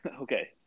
Okay